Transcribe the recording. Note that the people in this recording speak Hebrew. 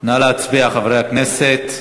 נא להצביע, חברי הכנסת.